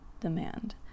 demand